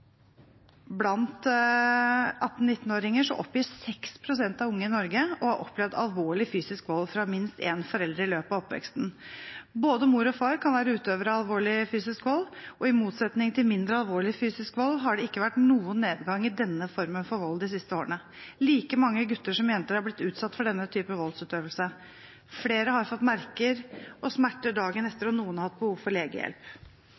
blant 18–19-åringer oppgir 6 pst. av unge i Norge å ha opplevd alvorlig fysisk vold fra minst en forelder i løpet av oppveksten. Både mor og far kan være utøvere av alvorlig fysisk vold. I motsetning til mindre alvorlig fysisk vold har det ikke vært noen nedgang i denne formen for vold de siste årene. Like mange gutter som jenter har blitt utsatt for denne type voldsutøvelse. Flere har fått merker og smerter dagen etter, og noen har hatt behov for legehjelp.